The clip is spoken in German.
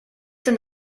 denn